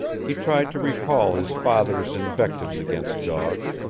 he tried to recall his father's invectives against dogs,